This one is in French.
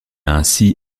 ainsi